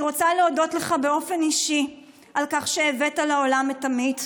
אני רוצה להודות לך באופן אישי על כך שהבאת לעולם את עמית,